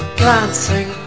glancing